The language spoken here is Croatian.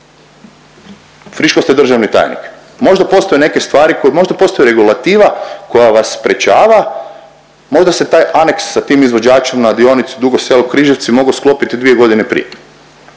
friško ste državni tajnik. Možda postoje neke stvari, možda postoji regulativa koja vas sprječava, možda se taj aneks sa tim izvođačima na dionici Dugo Selo-Križevci mogao sklopiti i 2 godine prije.